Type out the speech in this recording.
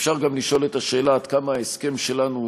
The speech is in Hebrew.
אפשר גם לשאול את השאלה עד כמה ההסכם שלנו הוא